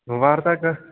भवार्थः कः